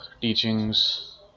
teachings